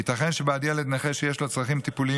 ייתכן שבעד ילד נכה שיש לו צרכים טיפוליים